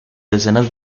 decenas